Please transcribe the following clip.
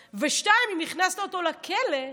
2. אם הכנסת אותו לכלא,